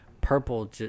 purple